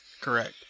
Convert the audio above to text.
Correct